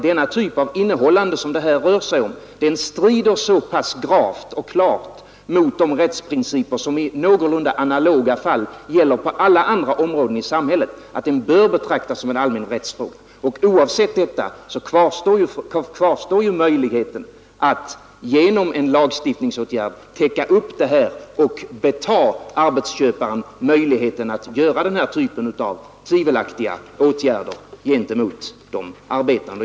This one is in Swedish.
Den typ av innehållande som det här rör sig om strider så pass gravt och klart mot de rättsprinciper som i någorlunda analoga fall gäller på alla andra områden i samhället, att den bör betraktas som en allmän rättsfråga. Oavsett detta kvarstår ju möjligheten att genom en lagstiftningsåtgärd täcka upp detta och beta arbetsköparen möjligheten att vidta denna typ av tvivelaktiga åtgärder mot de arbetande.